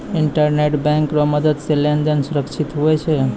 internet bank रो मदद से लेन देन सुरक्षित हुवै छै